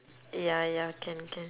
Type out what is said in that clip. ya ya can can